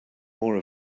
more